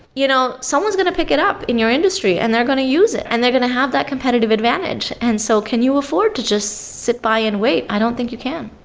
you know someone's going to pick it up in your industry and they're going to use it and they're going to have that competitive advantage. and so can you afford to just sit by and wait? i don't think you can.